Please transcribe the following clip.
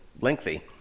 lengthy